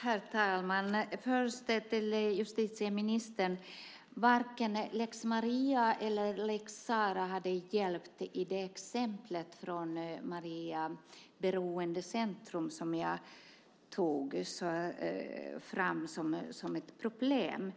Herr talman! Först vill jag säga till justitieministern att varken lex Maria eller lex Sarah hade hjälpt i det exempel från Maria Beroendecentrum som jag tog upp som ett problem.